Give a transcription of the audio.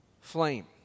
flame